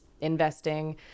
investing